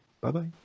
bye-bye